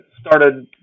started